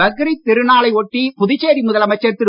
பக்ரீத் திருநாளை ஒட்டி புதுச்சேரி முதலமைச்சர் திரு